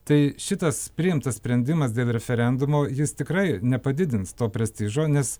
tai šitas priimtas sprendimas dėl referendumo jis tikrai nepadidins to prestižo nes